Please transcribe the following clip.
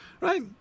Right